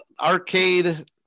arcade